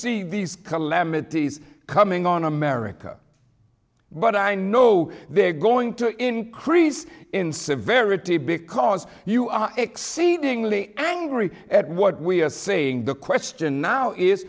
see these calamities coming on america but i know they're going to increase in severity because you are exceedingly angry at what we are saying the question now is